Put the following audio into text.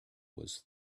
was